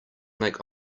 make